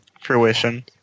Fruition